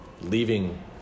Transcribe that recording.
leaving